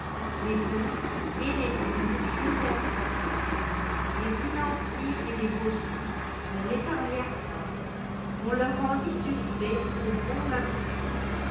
les bonzes et les brunes jurèrent sa perte les financiers et les bossus ne l'épargnèrent pas on le rendit suspect au bon